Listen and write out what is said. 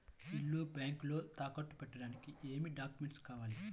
ఇల్లు బ్యాంకులో తాకట్టు పెట్టడానికి ఏమి డాక్యూమెంట్స్ కావాలి?